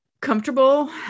comfortable